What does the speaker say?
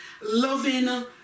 Loving